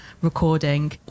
Recording